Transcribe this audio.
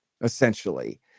essentially